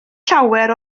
llawer